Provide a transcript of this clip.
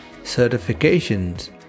certifications